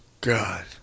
God